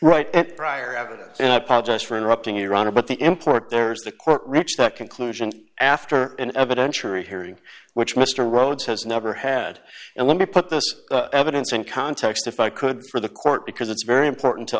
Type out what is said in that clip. right and prior evidence and i apologize for interrupting your honor but the import there is the court reach that conclusion after an evidentiary hearing which mr rhodes has never had and let me put this evidence in context if i could for the court because it's very important to